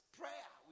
prayer